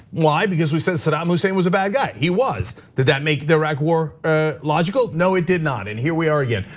why? because we said saddam hussein was a bad guy. he was, did that make the iraq war ah logical? no, it did not, and here we are again.